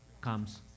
comes